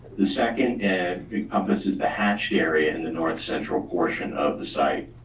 the second and publishes the hatched area in the north central portion of the site.